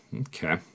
okay